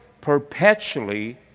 perpetually